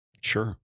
Sure